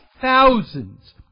thousands